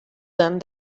them